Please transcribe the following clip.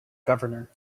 governor